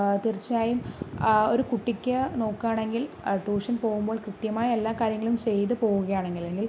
തീർച്ചയായും ഒരു കുട്ടിക്ക് നോക്കുകയാണെങ്കിൽ ട്യൂഷൻ പോവുമ്പോൾ കൃത്യമായി എല്ലാം കാര്യങ്ങളും ചെയ്ത് പോവുകയാണെങ്കിൽ അല്ലെങ്കിൽ